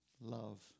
love